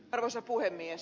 arvoisa puhemies